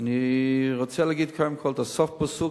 אני רוצה להגיד קודם כול את הסוף-פסוק